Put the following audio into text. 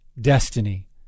destiny